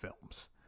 films